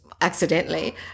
accidentally